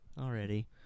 already